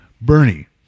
Bernie